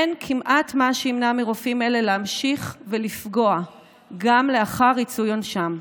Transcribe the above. אין כמעט מה שימנע מרופאים אלה להמשיך ולפגוע גם לאחר ריצוי עונשם.